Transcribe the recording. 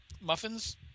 muffins